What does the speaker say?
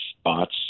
spots